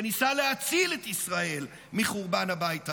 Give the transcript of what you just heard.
שניסה להציל את ישראל מחורבן הבית הראשון,